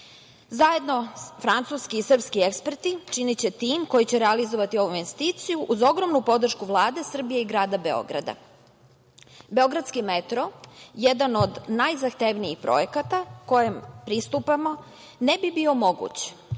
Zajedno francuski i srpski eksperti činiće tim koji će realizovati ovu investiciju, uz ogromnu podršku Vlade Srbije i grada Beograda. Beogradski metro, jedan od najzahtevnijih projekata kojem pristupamo, ne bi bio moguć